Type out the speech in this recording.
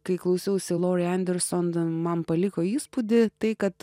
kai klausiausi lori anderson man paliko įspūdį tai kad